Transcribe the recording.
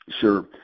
Sure